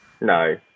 No